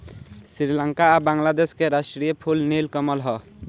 श्रीलंका आ बांग्लादेश के राष्ट्रीय फूल नील कमल ह